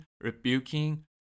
rebuking